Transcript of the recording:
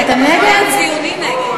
המחנה הציוני נגד.